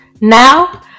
Now